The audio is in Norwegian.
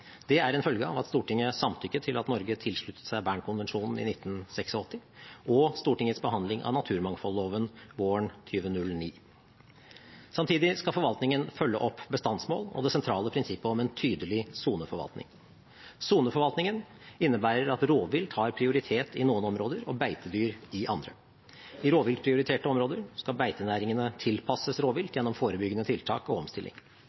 Det er en følge av at Stortinget samtykket til at Norge tilsluttet seg Bern-konvensjonen i 1986, og Stortingets behandling av naturmangfoldloven våren 2009. Samtidig skal forvaltningen følge opp bestandsmål og det sentrale prinsippet om en tydelig soneforvaltning. Soneforvaltningen innebærer at rovvilt har prioritet i noen områder og beitedyr i andre. I rovviltprioriterte områder skal beitenæringene tilpasses rovvilt gjennom forebyggende tiltak og omstilling.